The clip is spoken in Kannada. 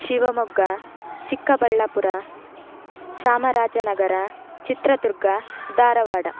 ಶಿವಮೊಗ್ಗ ಚಿಕ್ಕಬಳ್ಳಾಪುರ ಚಾಮರಾಜನಗರ ಚಿತ್ರದುರ್ಗ ಧಾರವಾಡ